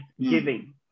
giving